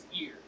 ear